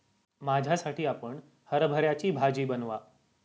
माझ्यासाठी आपण हरभऱ्याची भाजी बनवा